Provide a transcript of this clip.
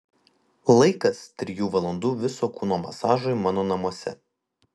laikas trijų valandų viso kūno masažui mano namuose